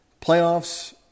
Playoffs